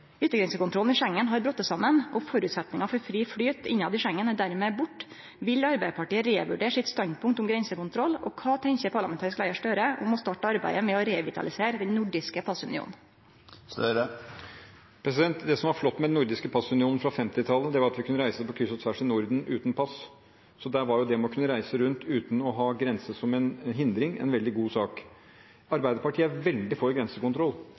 Yttergrensekontrollen i Schengen har brote saman, og føresetnadene for fri flyt innanfor Schengen er dermed borte. Vil Arbeidarpartiet revurdere sitt standpunkt om grensekontroll? Og kva tenkjer parlamentarisk leiar Gahr Støre om å starte arbeidet med å revitalisere den nordiske passunionen? Det som var flott med den nordiske passunionen fra 1950-tallet, var at vi kunne reise på kryss og tvers i Norden uten pass. Så det at man kunne reise rundt uten å ha grense som en hindring, var en veldig god sak. Arbeiderpartiet er veldig for grensekontroll,